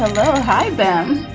hi, ben.